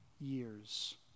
years